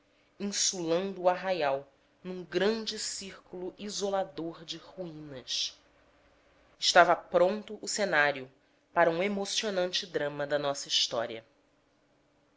insulando o arraial num grande círculo isolador de ruínas estava pronto o cenário para um emocionante drama da nossa história